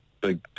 big